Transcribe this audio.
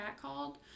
catcalled